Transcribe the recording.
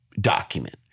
document